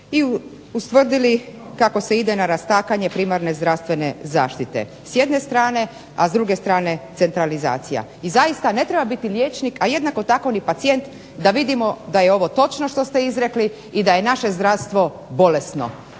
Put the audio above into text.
i ustvrdili kako se ide na rastakanje primarne zdravstvene zaštite s jedne strane, a s druge strane centralizacija. I zaista, ne treba biti liječnik, a jednako tako ni pacijent da vidimo da je ovo točno što ste izrekli i da je naše zdravstvo bolesno.